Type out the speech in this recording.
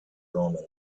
omen